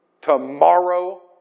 Tomorrow